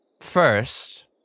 first